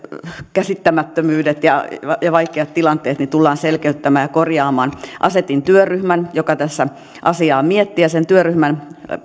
käsittämättömyydet ja ja vaikeat tilanteet tullaan selkeyttämään ja korjaamaan asetin työryhmän joka tässä asiaa mietti ja sen työryhmän